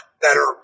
better